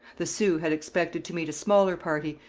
the sioux had expected to meet a smaller party,